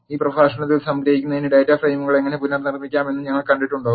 ഈ പ്രഭാഷണത്തിൽ സംഗ്രഹിക്കുന്നതിന് ഡാറ്റ ഫ്രെയിമുകൾ എങ്ങനെ പുനർനിർമ്മിക്കാമെന്ന് ഞങ്ങൾ കണ്ടിട്ടുണ്ടോ